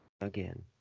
again